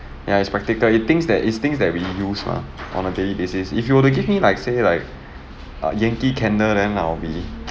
ya it's practical it things that it's things that we use lah on a daily basis if you were to give me like say like a yankee candle and I'll be